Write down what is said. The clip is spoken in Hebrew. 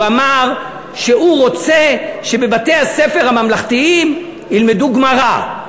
הוא אמר שהוא רוצה שבבתי-הספר הממלכתיים ילמדו גמרא,